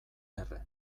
erre